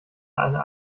eine